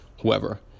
whoever